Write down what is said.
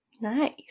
Nice